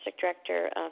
director